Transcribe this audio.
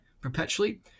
perpetually